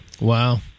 Wow